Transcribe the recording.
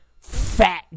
fat